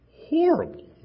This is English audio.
horrible